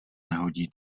nehodí